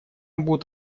будут